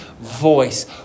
voice